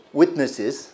witnesses